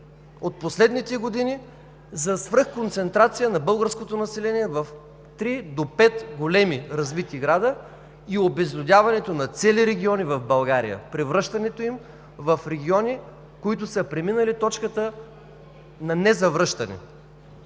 от последните години за свръх концентрация на българското население в три до пет големи развити града и обезлюдяването на цели региони в България, превръщането им в региони, които са преминали точката на незавръщане.